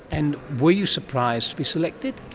and were you surprised to be selected?